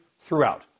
throughout